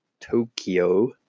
Tokyo